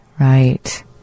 right